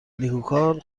نیکوکار